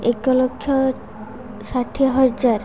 ଏକଲକ୍ଷ ଷାଠିଏ ହଜାର